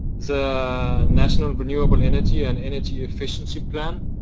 the national renewable energy and energy efficiency plan